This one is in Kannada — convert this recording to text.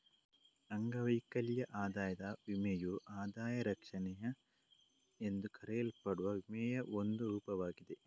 ಅಂಗವೈಕಲ್ಯ ಆದಾಯ ವಿಮೆಯು ಆದಾಯ ರಕ್ಷಣೆ ಎಂದು ಕರೆಯಲ್ಪಡುವ ವಿಮೆಯ ಒಂದು ರೂಪವಾಗಿದೆ